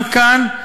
גם כאן,